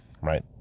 right